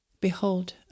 Behold